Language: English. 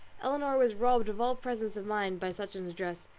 elinor was robbed of all presence of mind by such an address,